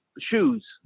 shoes